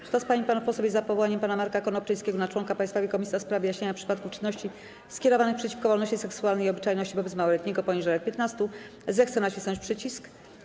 Kto z pań i panów posłów jest za powołaniem pana Marka Konopczyńskiego na członka Państwowej Komisji do spraw wyjaśniania przypadków czynności skierowanych przeciwko wolności seksualnej i obyczajności wobec małoletniego poniżej lat 15, zechce nacisnąć przycisk.